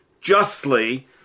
justly